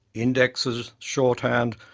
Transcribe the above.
indexes, shorthand,